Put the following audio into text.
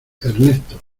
ernesto